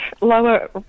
lower